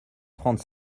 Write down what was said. trente